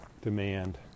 demand